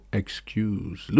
excuse